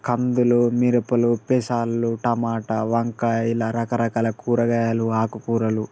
కందులు మిరపలు పెసలు టమాటా వంకాయ రకరకాల కూరగాయలు ఆకుకూరలు